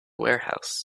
warehouse